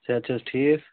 صحت چھِ حظ ٹھیٖک